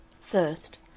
First